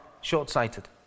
short-sighted